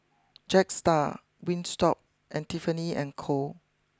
Jetstar Wingstop and Tiffany and Co